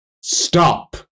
Stop